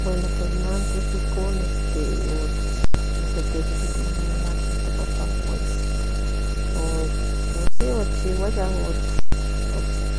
Bueno pues in antes icon osea techititi no papan pues si pues